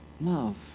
love